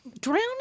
Drowning